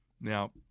Now